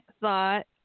thought